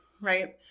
right